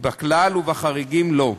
בכלל ובחריגים לו.